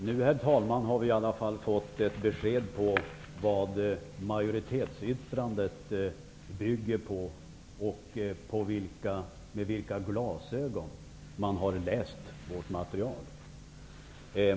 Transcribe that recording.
Herr talman! Nu har vi i alla fall fått ett besked om vad majoritetsyttrandet bygger på och med vilka glasögon man har läst vårt material.